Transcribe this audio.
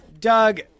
Doug